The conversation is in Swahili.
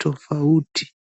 tofauti.